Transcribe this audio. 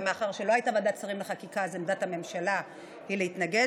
מאחר שלא הייתה ועדת שרים לחקיקה אז עמדת הממשלה היא להתנגד.